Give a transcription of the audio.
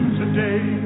today